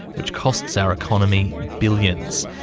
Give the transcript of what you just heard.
which costs our economy billions.